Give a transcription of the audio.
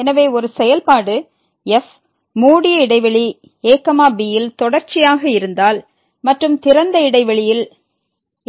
எனவே ஒரு செயல்பாடு f மூடிய இடைவெளி ab யில் தொடர்ச்சியாக இருந்தால் மற்றும் திறந்த இடைவெளியில்